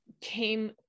came